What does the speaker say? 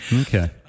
Okay